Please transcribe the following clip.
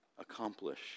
accomplish